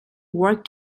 worked